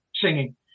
singing